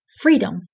Freedom